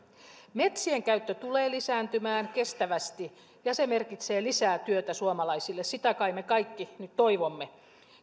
metsien käyttö tulee lisääntymään kestävästi ja se merkitsee lisää työtä suomalaisille sitä kai me kaikki nyt toivomme